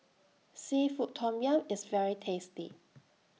Seafood Tom Yum IS very tasty